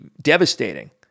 devastating